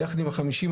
יחד עם ה-50%,